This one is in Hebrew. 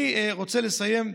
אני רוצה לסיים,